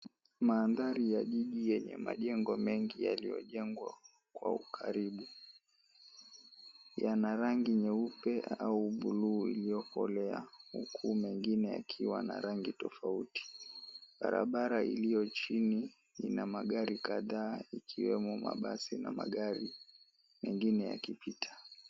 Maandhari ya jiji yenye majengo mengi yaliyojengwa kwa ukaribu. Yana rangi nyeupe au buluu iliyokolea huku mengine yakiwa na rangi tofauti. Barabara iliyo chini ina magari kadhaa ikiwemo mabasi na magari mengine yakipita.